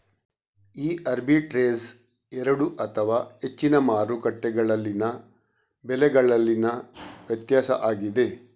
ಈ ಆರ್ಬಿಟ್ರೇಜ್ ಎರಡು ಅಥವಾ ಹೆಚ್ಚಿನ ಮಾರುಕಟ್ಟೆಗಳಲ್ಲಿನ ಬೆಲೆಗಳಲ್ಲಿನ ವ್ಯತ್ಯಾಸ ಆಗಿದೆ